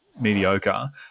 mediocre